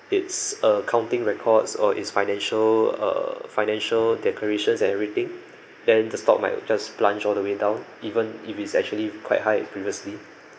its accounting records or its financial uh financial declarations and everything then the stock might just plunge all the way down even if it's actually quite high previously